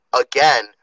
again